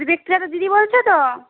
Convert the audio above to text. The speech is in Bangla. দিদি বলছো তো